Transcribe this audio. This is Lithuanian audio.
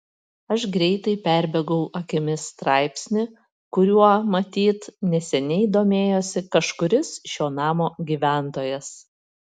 aš greitai perbėgau akimis straipsnį kuriuo matyt neseniai domėjosi kažkuris šio namo gyventojas